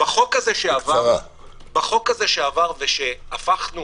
בחוק הזה שעבר והפכנו